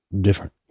different